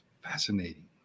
fascinating